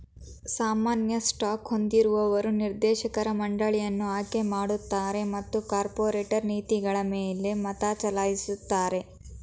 ಸಾಮಾನ್ಯ ಸ್ಟಾಕ್ ಹೊಂದಿರುವವರು ನಿರ್ದೇಶಕರ ಮಂಡಳಿಯನ್ನ ಆಯ್ಕೆಮಾಡುತ್ತಾರೆ ಮತ್ತು ಕಾರ್ಪೊರೇಟ್ ನೀತಿಗಳಮೇಲೆ ಮತಚಲಾಯಿಸುತ್ತಾರೆ